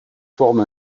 forme